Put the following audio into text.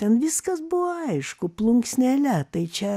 ten viskas buvo aišku plunksnele tai čia